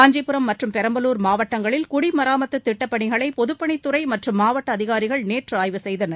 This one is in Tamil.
காஞ்சிபுரம் மற்றும் பெரம்பலூர் மாவட்டங்களில் குடிமராமத்து திட்டப் பணிகளை பொதுப்பணித்துறை மற்றும் மாவட்ட அதிகாரிகள் நேற்று ஆய்வு செய்தனர்